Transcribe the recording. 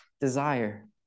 desire